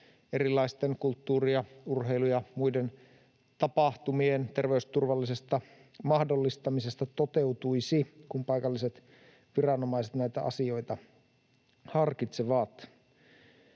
erilaisten kulttuuri‑, urheilu‑ ja muiden tapahtumien terveysturvallisesta mahdollistamisesta toteutuisi, kun paikalliset viranomaiset näitä asioita harkitsevat.